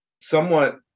somewhat